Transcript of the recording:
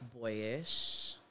boyish